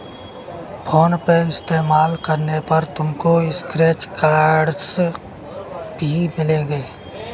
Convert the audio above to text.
phone पे इस्तेमाल करने पर तुमको स्क्रैच कार्ड्स भी मिलेंगे